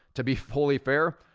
to be fully fair,